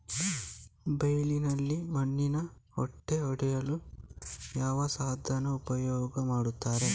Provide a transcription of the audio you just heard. ಬೈಲಿನಲ್ಲಿ ಮಣ್ಣಿನ ಹೆಂಟೆ ಒಡೆಯಲು ಯಾವ ಸಾಧನ ಉಪಯೋಗ ಮಾಡುತ್ತಾರೆ?